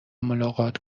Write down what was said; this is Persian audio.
ملاقات